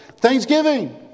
thanksgiving